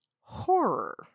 horror